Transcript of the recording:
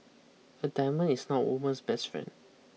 a diamond is not a woman's best friend